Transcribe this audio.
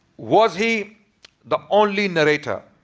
was he the only narrator?